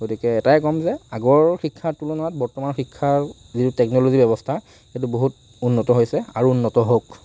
গতিকে এটাই ক'ম যে আগৰ শিক্ষাৰ তুলনাত বৰ্তমানৰ শিক্ষা যিটো টেকনলজী ব্যৱস্থা সেইটো বহুত উন্নত হৈছে আৰু উন্নত হওক